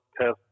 test